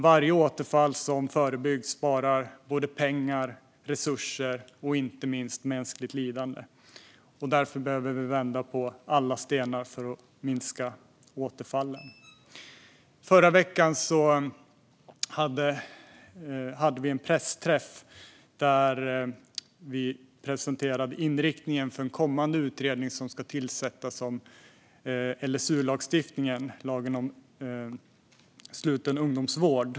Varje återfall som förebyggs sparar pengar, resurser och, inte minst, mänskligt lidande. Därför behöver vi vända på alla stenar för att minska återfallen. Förra veckan hade vi en pressträff där vi presenterade inriktningen för en kommande utredning som ska tillsättas gällande LSU, lagen om sluten ungdomsvård.